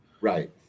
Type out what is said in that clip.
Right